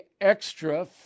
extra